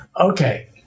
Okay